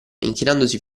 inchinandosi